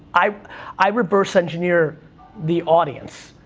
i i reverse engineer the audience.